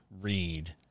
read